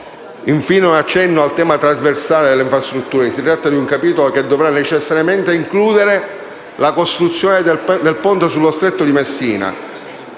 fatto cenno al tema trasversale delle infrastrutture. Si tratta di un capitolo che dovrà necessariamente includere la costruzione del ponte sullo Stretto di Messina,